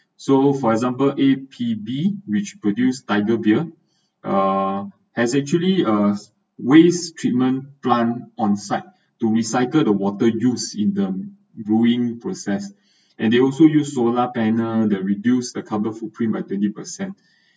so for example A_P_B which produced tiger beer uh has actually a waste treatment plant on site to recycle the water used in the brewing process and they also use solar panel that reduce the carbon footprint by twenty percent